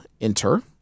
enter